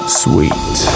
sweet